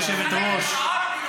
מחלקת הוראות,